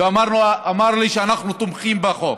והוא אמר לי: אנחנו תומכים בחוק.